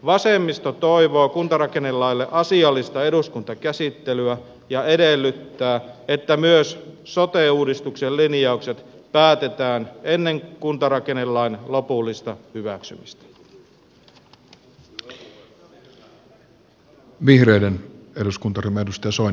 vasemmisto toivoo kuntarakennelaille asiallista eduskuntakäsittelyä ja edellyttää että myös sote uudistuksen linjaukset päätetään ennen kuntarakennelain lopullista hyväksymistä